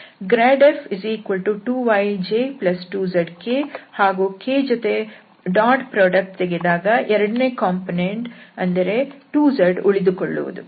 grad f 2yj2zk ಹಾಗೂ k ಜೊತೆ dot product ತೆಗೆದಾಗ ಎರಡನೆಯ ಕಾಂಪೊನೆಂಟ್ 2z ಉಳಿದು ಕೊಳ್ಳುವುದು